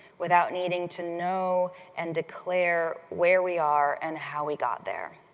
without needing to know and declare where we are and how we got there.